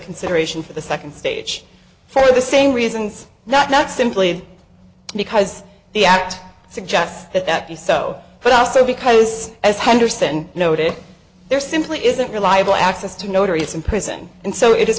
consideration for the second stage for the same reasons not not simply because the act suggests that that is so but also because as henderson noted there simply isn't reliable access to notorious in prison and so it is